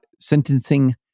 sentencing